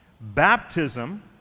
Baptism